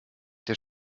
der